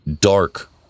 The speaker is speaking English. dark